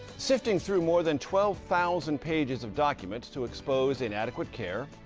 sifting through more than twelve thousand pages of documents to expose inadequate care,